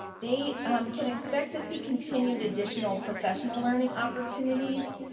they can expect to see continued additional professional learning opportunities.